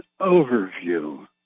overview